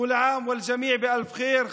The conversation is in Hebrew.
כול עאם ואל-ג'מיע באלף ח'יר.